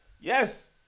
Yes